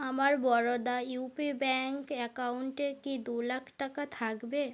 আমার Baroda UP bank অ্যাকাউন্টে কি দু লাখ টাকা থাকবে